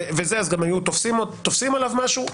אז גם היו תופסים עליו משהו.